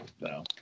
No